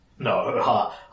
No